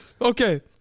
Okay